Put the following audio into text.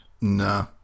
Nah